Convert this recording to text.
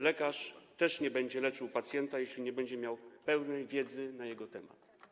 Lekarz też nie będzie leczył pacjenta, jeśli nie będzie miał pełnej wiedzy na jego temat.